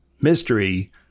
mystery